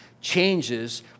changes